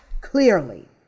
clearly